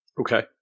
Okay